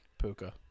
puka